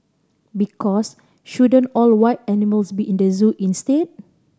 because shouldn't all wild animals be in the zoo instead